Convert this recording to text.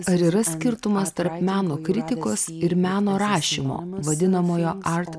ar yra skirtumas tarp meno kritikos ir meno rašymo vadinamojo art